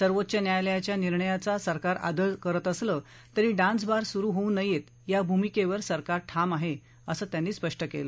सर्वोच्च न्यायालयाच्या निर्णयाचा सरकार आदर करत असलं तरी डान्स बार सुरू होऊ नयेत या भूमिकेवर सरकार ठाम आहे असं त्यांनी स्पष्ट केलं